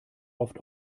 oft